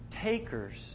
takers